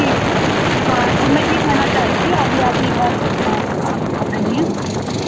جی ہاں تو میں یہ کہنا چاہ رہی تھی ابھی آپ نے ایک بات آپ کو پتہ ہی ہے